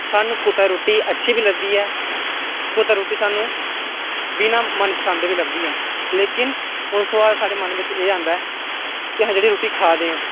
सानूं कुतै रुट्टी अच्छी बी लभदी ऐ कुतै रूटी सानूं बिना मन पसंद दे बी लभदी ऐ लेकिन हून सवाल साढ़े मन बिच्च एह् औंदा ऐ कि अस जेह्ड़ी रुट्टी खा ने आं